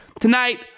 tonight